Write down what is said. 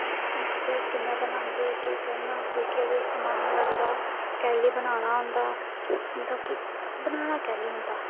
ते कि'यां बनांदे केह् करना केह् केह् ओह्दे च समान लगदा कैह्ल्ली बनाना होंदा मतलब कि बनाना कैह्ल्ली होंदा